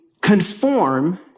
conform